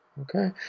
Okay